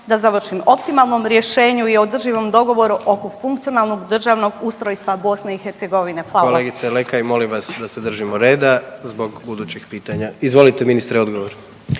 da završim optimalnom rješenju i održivom dogovoru oko funkcionalnog državnog ustrojstva BiH. Hvala. **Jandroković, Gordan (HDZ)** Kolegice Lekaj molim vas da se držimo reda zbog budućih pitanja. Izvolite ministre odgovoro.